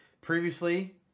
Previously